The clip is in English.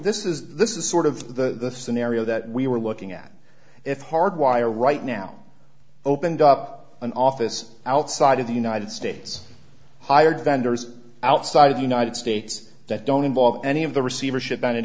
is this is sort of the scenario that we were looking at if hardwire right now opened up an office outside of the united states hired vendors outside of the united states that don't involve any of the receiversh